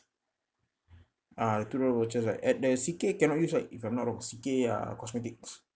ah the two dollar vouchers right at the C_K cannot use right if I'm not wrong C_K uh cosmetics